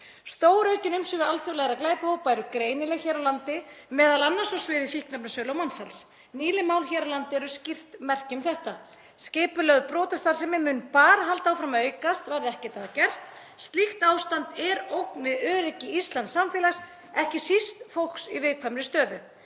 Stóraukin umsvif alþjóðlegra glæpahópa eru greinileg hér á landi, m.a. á sviði fíkniefnasölu og mansals. Nýleg mál hér á landi eru skýrt merki um þetta. Skipulögð brotastarfsemi mun bara halda áfram að aukast, verði ekkert að gert. Slíkt ástand er ógn við öryggi íslensks samfélags, ekki síst fólks í viðkvæmri stöðu.